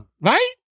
Right